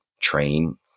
train